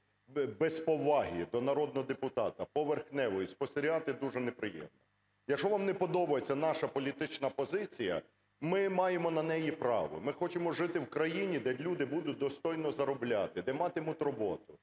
без поваги до народного депутата, поверхневої – спостерігати дуже неприємно. Якщо вам не подобається наша політична позиція, ми маємо на неї право, ми хочемо жити в країні, де люди будуть достойно заробляти, де матимуть роботу.